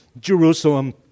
Jerusalem